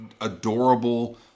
adorable